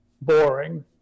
boring